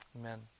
amen